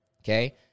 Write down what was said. okay